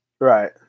Right